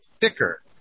thicker